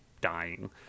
dying